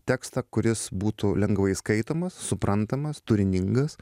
tekstą kuris būtų lengvai skaitomas suprantamas turiningas